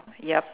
yup